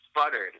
sputtered